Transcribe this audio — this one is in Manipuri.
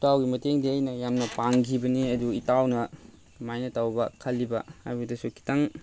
ꯏꯇꯥꯎꯒꯤ ꯃꯇꯦꯡꯗꯤ ꯑꯩꯅ ꯌꯥꯝꯅ ꯄꯥꯡꯒꯤꯕꯅꯤ ꯑꯗꯨ ꯏꯇꯥꯎꯅ ꯀꯃꯥꯏꯅ ꯇꯧꯕ ꯈꯜꯂꯤꯕ ꯍꯥꯏꯕꯗꯨꯁꯨ ꯈꯤꯇꯪ